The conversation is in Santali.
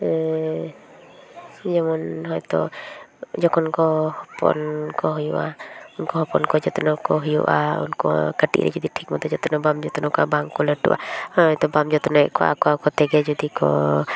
ᱡᱮᱢᱚᱱ ᱦᱚᱭᱛᱚ ᱡᱚᱠᱷᱚᱱᱠᱚ ᱦᱚᱯᱚᱱᱠᱚ ᱦᱩᱭᱩᱜᱼᱟ ᱩᱱᱠᱩ ᱦᱚᱯᱚᱱᱠᱚ ᱡᱚᱛᱱᱚ ᱠᱚ ᱦᱩᱭᱩᱜᱼᱟ ᱩᱱᱠᱩ ᱠᱟᱹᱴᱤᱡ ᱨᱮ ᱡᱚᱫᱤ ᱴᱷᱤᱠ ᱢᱚᱛᱚ ᱡᱚᱛᱱᱚ ᱵᱟᱢ ᱡᱚᱛᱱᱚ ᱠᱚᱣᱟ ᱵᱟᱝᱠᱚ ᱞᱟᱹᱴᱩᱼᱟ ᱦᱚᱭᱛᱚ ᱵᱟᱢ ᱡᱚᱛᱱᱚᱭᱮᱫ ᱠᱚᱣᱟ ᱟᱠᱚ ᱟᱠᱚ ᱛᱮᱜᱮ ᱡᱚᱫᱤᱠᱚ